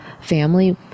family